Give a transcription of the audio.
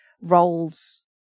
roles